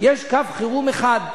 יש קו חירום אחד.